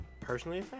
personally